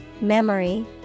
memory